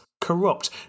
corrupt